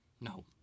No